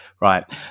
right